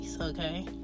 okay